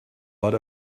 but